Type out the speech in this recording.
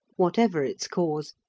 whatever its cause,